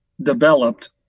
developed